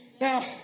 Now